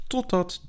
Totdat